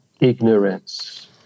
ignorance